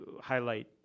highlight